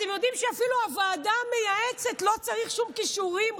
אתם יודעים שאפילו לוועדה המייעצת לא צריך שום כישורים,